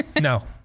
No